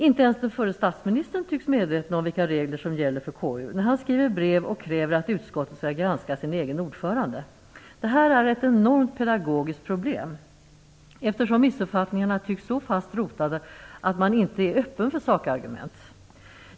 Inte ens den förre statsministern tycks vara medveten om vilka regler som gäller för KU, när han skriver brev och kräver att utskottet skall granska sin egen ordförande. Det här är ett enormt pedagogiskt problem, eftersom missuppfattningarna tycks så fast rotade att man inte är öppen för sakargument.